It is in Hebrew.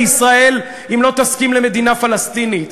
לישראל אם לא תסכים למדינה פלסטינית,